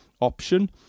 option